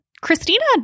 Christina